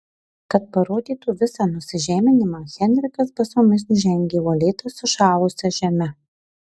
kad parodytų visą nusižeminimą henrikas basomis žengė uolėta sušalusia žeme